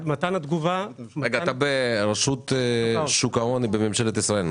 זמן התגובה --- אתה ברשות שוק ההון בממשלת ישראל.